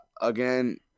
again